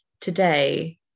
today